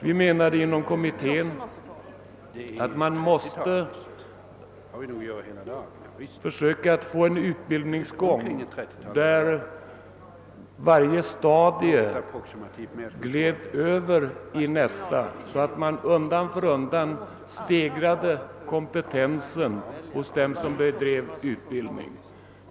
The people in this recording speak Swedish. Vi menade inom utredningen att man måste försöka få en utbildningsgång där varje stadium glider över i nästa, så att kompetensen hos dem som genomgår utbildningen stegras undan för undan.